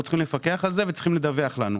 אנחנו צריכים לפקח על זה וצריכים לדווח לנו.